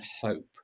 hope